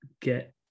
get